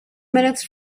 minutes